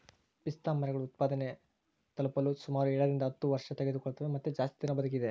ಪಿಸ್ತಾಮರಗಳು ಉತ್ಪಾದನೆ ತಲುಪಲು ಸುಮಾರು ಏಳರಿಂದ ಹತ್ತು ವರ್ಷತೆಗೆದುಕೊಳ್ತವ ಮತ್ತೆ ಜಾಸ್ತಿ ದಿನ ಬದುಕಿದೆ